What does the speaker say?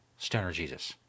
stonerjesus